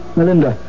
Melinda